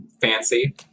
fancy